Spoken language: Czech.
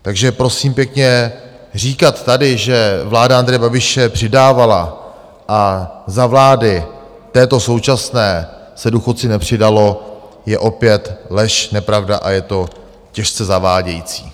Takže prosím pěkně, říkat tady, že vláda Andreje Babiše přidávala a za vlády této současné se důchodcům nepřidalo, je opět lež, nepravda a je to těžce zavádějící.